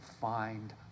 find